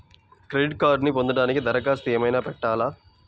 Credit కార్డ్ను పొందటానికి దరఖాస్తు ఏమయినా పెట్టాలా?